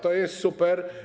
To jest super.